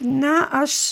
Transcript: na aš